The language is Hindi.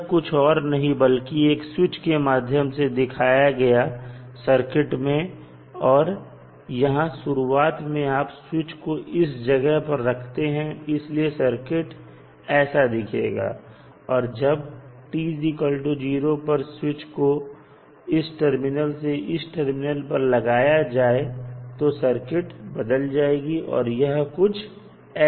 यह कुछ और नहीं बल्कि एक स्विच के माध्यम से दिखाया गया सर्किट में और यहां शुरुआत में आप स्विच को इस जगह पर रखते हैं इसलिए सर्किट ऐसा दिखेगा और जब t0 पर स्विच को इस टर्मिनल से इस टर्मिनल पर लगाया जाए तो सर्किट बदल जाएगी और कुछ ऐसी दिखेगी